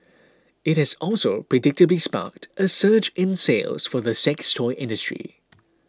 it has also predictably sparked a surge in sales for the sex toy industry